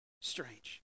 strange